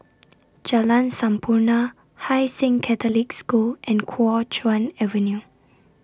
Jalan Sampurna Hai Sing Catholic School and Kuo Chuan Avenue